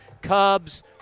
Cubs